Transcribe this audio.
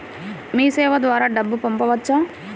మీసేవ ద్వారా డబ్బు పంపవచ్చా?